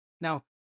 Now